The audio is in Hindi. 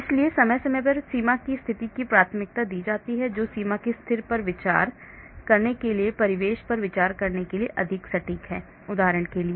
इसलिए समय समय पर सीमा की स्थिति को प्राथमिकता दी जाती है जो सीमा की स्थिति पर विचार करने के लिए परिवेश पर विचार करने के लिए अधिक सटीक है उदाहरण के लिए